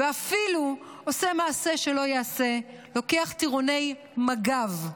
ואפילו עושה מעשה שלא ייעשה: לוקח טירוני מג"ב,